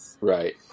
right